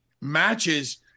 matches